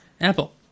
Apple